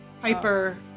Piper